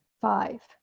five